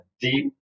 deep